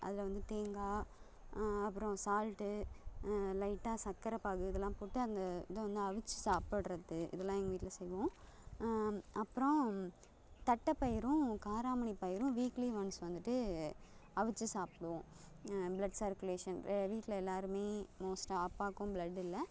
அதில் வந்து தேங்காய் அப்புறம் சால்ட்டு லைட்டாக சர்க்கரப் பாகு இதெல்லாம் போட்டு அந்த இதை வந்து அவித்து சாப்பிட்றது இதெல்லாம் எங்கள் வீட்டில் செய்வோம் அப்புறம் தட்டைப்பயறும் காராமணிப் பயிறும் வீக்லி ஒன்ஸ் வந்துட்டு அவித்து சாப்பிடுவோம் ப்ளட் சர்க்குலேஷன் வீட்டில் எல்லாேருமே மோஸ்ட்டாக அப்பாவுக்கும் ப்ளட் இல்லை